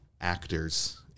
actors